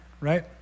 Right